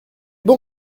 bon